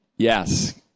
Yes